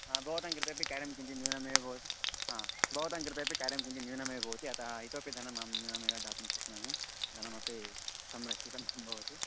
हा भवतां कृतेपि कार्यं किञ्चित् न्यूनमेव भवति हा भवतां कृतेपि कार्यं किञ्चित् न्यूनमेव भवति अतः इतोपि धनम् अहं न्यूनमेव दातुं शक्नोमि धनमपि संरक्षितं भवति